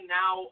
now